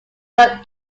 gone